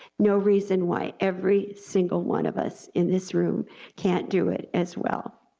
no reason why every single one of us in this room can't do it as well,